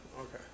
Okay